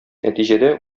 нәтиҗәдә